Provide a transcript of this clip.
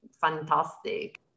fantastic